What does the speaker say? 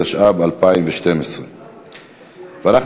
התשע"ב 2012. אני